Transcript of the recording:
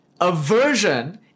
Aversion